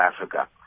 Africa